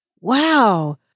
Wow